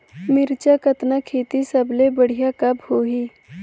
मिरचा कतना खेती सबले बढ़िया कब होही?